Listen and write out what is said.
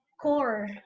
core